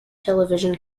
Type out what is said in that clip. television